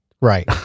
Right